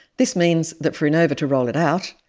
this means that for enova to roll it out,